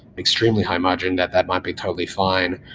extremely high-margin, that that might be totally fine.